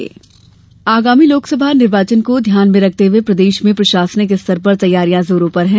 चुनाव तैयारी आगामी लोकसभा निर्वाचन को ध्यान में रखते हुए प्रदेश में प्रशासनिक स्तर पर तैयारियां जोरों पर है